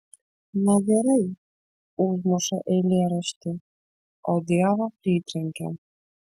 na gerai užmuša eilėraštį o dievą pritrenkia